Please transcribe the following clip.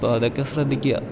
അപ്പോൾ അതൊക്കെ ശ്രദ്ധിക്കുക